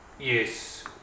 yes